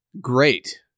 great